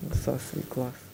visos veiklos